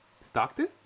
Stockton